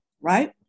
Right